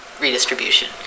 redistribution